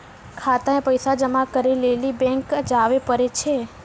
खाता मे पैसा जमा करै लेली बैंक जावै परै छै